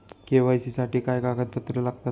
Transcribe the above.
KYC साठी काय कागदपत्रे लागतात?